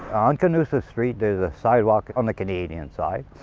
on canusa street, there's a sidewalk on the canadian side,